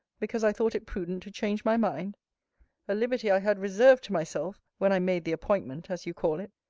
because i thought it prudent to change my mind a liberty i had reserved to myself, when i made the appointment, as you call it.